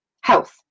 health